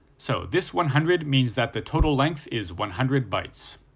so, this one hundred means that the total length is one hundred bytes.